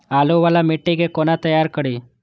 बालू वाला मिट्टी के कोना तैयार करी?